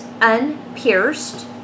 unpierced